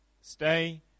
Stay